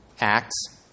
Acts